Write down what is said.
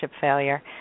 failure